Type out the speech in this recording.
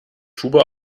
tube